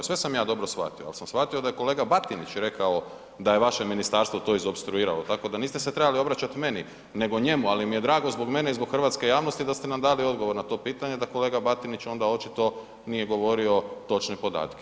Sve sam ja dobro shvatio, al sam shvatio da je kolega Batinić rekao da je vaše ministarstvo to izopstruiralo, tako da niste se trebali obraćat meni nego njemu, ali mi je drago zbog mene i zbog hrvatske javnosti da ste nam dali odgovor na to pitanje da kolega Batinić onda očito nije govorio točne podatke.